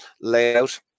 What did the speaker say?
layout